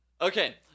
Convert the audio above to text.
Okay